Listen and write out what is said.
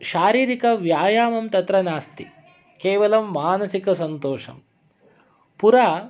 शारीरिकव्यायामं तत्र नास्ति केवलं मानसिकसन्तोषं पुरा